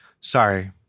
Sorry